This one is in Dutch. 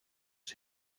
het